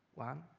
one,